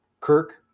Kirk